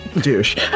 douche